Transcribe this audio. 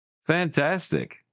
Fantastic